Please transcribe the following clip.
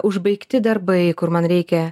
užbaigti darbai kur man reikia